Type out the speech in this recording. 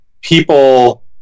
people